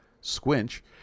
squinch